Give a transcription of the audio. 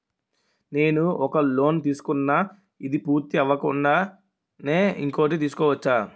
నేను ఒక లోన్ తీసుకున్న, ఇది పూర్తి అవ్వకుండానే ఇంకోటి తీసుకోవచ్చా?